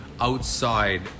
outside